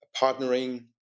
partnering